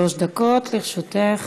שלוש דקות לרשותך.